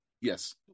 Yes